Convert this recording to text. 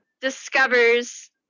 discovers